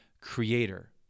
creator